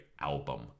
album